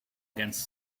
against